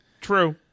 true